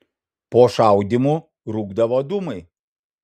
po šaudymų rūkdavo dūmai